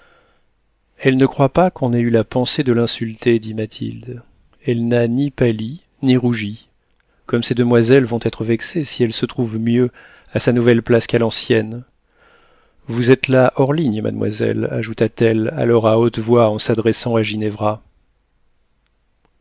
elle ne croit pas qu'on ait eu la pensée de l'insulter dit mathilde elle n'a ni pâli ni rougi comme ces demoiselles vont être vexées si elle se trouve mieux à sa nouvelle place qu'à l'ancienne vous êtes là hors ligne mademoiselle ajouta-t-elle alors à haute voix en s'adressant à